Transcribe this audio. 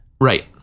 Right